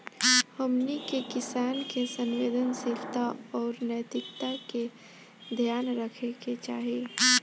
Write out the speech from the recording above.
हमनी के किसान के संवेदनशीलता आउर नैतिकता के ध्यान रखे के चाही